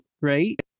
right